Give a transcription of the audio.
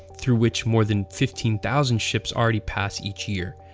through which more than fifteen thousand ships already pass each year.